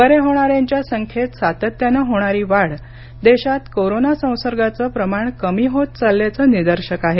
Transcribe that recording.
बरे होणाऱ्यांच्या संख्येत सातत्यानं होणारी वाढ देशात कोरोना संसर्गाचं प्रमाण कमी होत चालल्याचं निदर्शक आहे